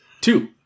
Two